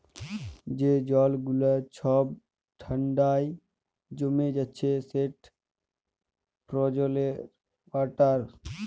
যে জল গুলা ছব ঠাল্ডায় জমে যাচ্ছে সেট ফ্রজেল ওয়াটার